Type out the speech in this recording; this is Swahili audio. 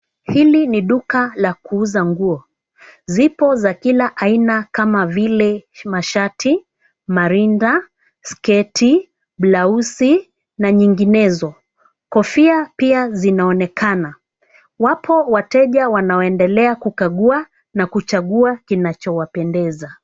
Hili ni duka la kuuza nguo. Zipo za kila aina kama vile mashati, marinda, sketi, blauzi na nyinginezo. Kofia pia zinaonekana. Wapo wateja wanaoendelea kukagua na kuchagua kinachowapendeza.